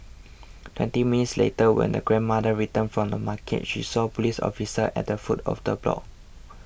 twenty minutes later when the grandmother returned from the market she saw police officers at the foot of the block